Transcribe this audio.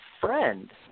friend